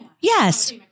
Yes